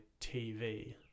TV